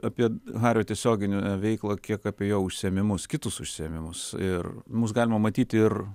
apie hario tiesioginę veiklą kiek apie jo užsiėmimus kitus užsiėmimus ir mus galima matyti ir